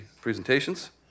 presentations